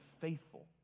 faithful